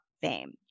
fame